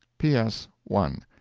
p. s one.